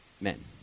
men